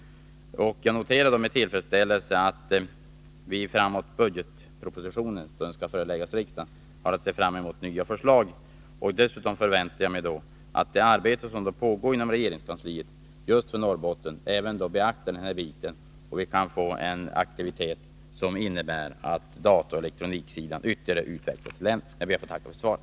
Jag noterar också med tillfredsställelse att vi, när budgetpropositionen skall föreläggas riksdagen, har att se fram emot nya förslag. Dessutom förväntar jag mig att man i det arbete för just Norrbotten som pågår inom regeringskansliet även beaktar denna fråga och att vi kan få en aktivitet som innebär att dataoch elektronikområdet utvecklas Nr 37 ytterligare i länet. Jag ber att få tacka för svaret.